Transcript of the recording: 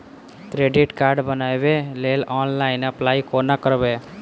Credit card बनाबै लेल online apply कोना करबै?